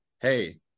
hey